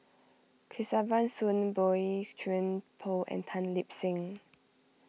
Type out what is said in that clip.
Kesavan Soon Boey Chuan Poh and Tan Lip Seng